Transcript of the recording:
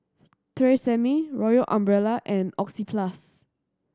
Tresemme Royal Umbrella and Oxyplus